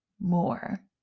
more